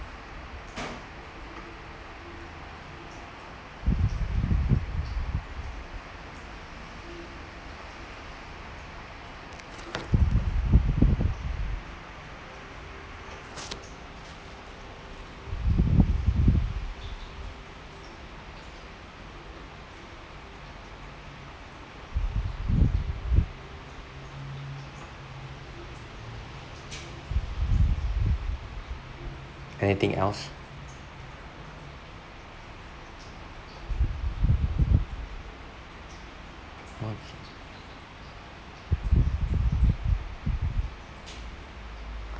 anything else